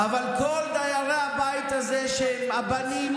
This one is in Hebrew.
אבל כל דיירי הבית הזה שהם הבנים,